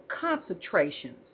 concentrations